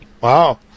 wow